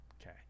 okay